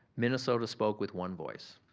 minnesota spoke with one voice.